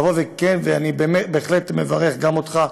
ואני בהחלט מברך גם אתכם,